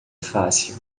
fácil